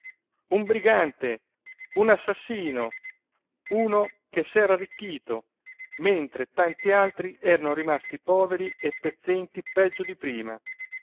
un brigante un assassino uno che s'era arricchito mentre tanti altri erano rimasti poveri e pezzenti peggio di prima